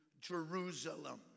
Jerusalem